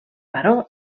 baró